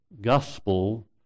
gospel